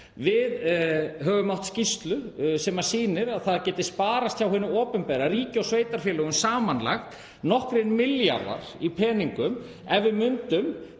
Við höfum fengið skýrslu sem sýnir að það geti sparast hjá hinu opinbera, ríki og sveitarfélögum, samanlagt nokkrir milljarðar í peningum ef við myndum